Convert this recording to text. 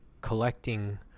collecting